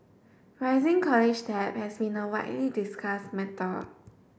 rising college debt has been a widely discussed matter